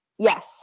Yes